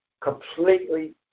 completely